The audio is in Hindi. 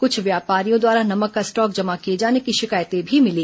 कुछ व्यापारियों द्वारा नमक का स्टॉक जमा किए जाने की शिकायतें भी मिली